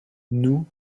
nous